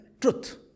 truth